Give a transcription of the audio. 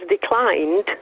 declined